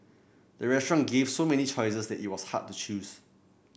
the restaurant gave so many choices that it was hard to choose